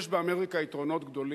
יש באמריקה יתרונות גדולים: